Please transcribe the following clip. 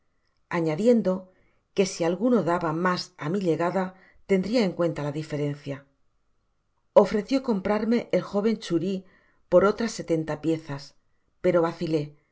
añadiendo que si alguno daba mas á mi llegada tendria en cuenta la diferencia ofreció comprarme el joven xuri por otras setenta piezas pero vacilé